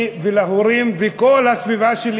לי ולהורים וכל הסביבה שלי,